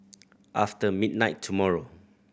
after midnight tomorrow